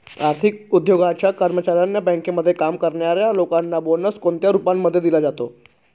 आर्थिक उद्योगाच्या कर्मचाऱ्यांना, बँकेमध्ये काम करणाऱ्या लोकांना बोनस कोणत्या रूपामध्ये दिला जातो?